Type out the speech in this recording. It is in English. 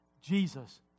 Jesus